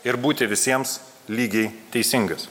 ir būti visiems lygiai teisingas